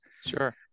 Sure